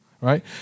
Right